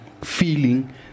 feeling